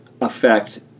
affect